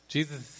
Jesus